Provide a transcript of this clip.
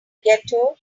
ghetto